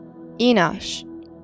Enosh